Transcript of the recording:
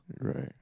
right